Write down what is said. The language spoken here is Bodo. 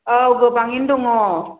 औ गोबाङैनो दङ